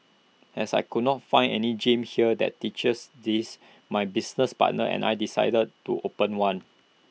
as I could not find any gym here that teaches this my business partners and I decided to open one